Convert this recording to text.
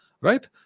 right